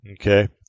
okay